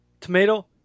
tomato